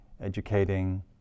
educating